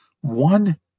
one